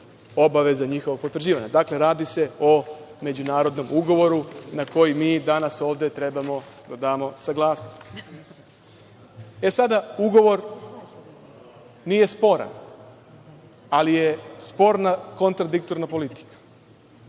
obaveza njihovog potvrđivanja. Dakle, radi se o međunarodnom ugovoru na koji mi danas ovde trebamo da damo saglasnost. Ugovor nije sporan, ali je sporna kontradiktorna politika.